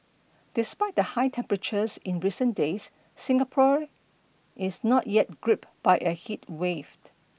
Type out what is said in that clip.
despite the high temperatures in recent days Singapore is not yet gripped by a heat waved